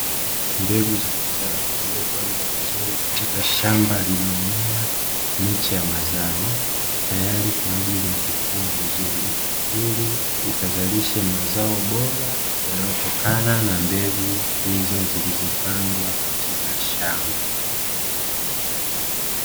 Mbegu za mazao, zilizopandwa vizuri katika shamba lililomea miche ya mazao, tayari kwa ajili ya kukua vizuri, ili ikazalishe mazao bora yanayotokana na mbegu hizo zilizopandwa katika shamba.